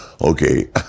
Okay